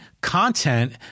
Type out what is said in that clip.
content